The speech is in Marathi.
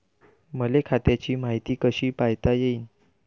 मले खात्याची मायती कशी पायता येईन?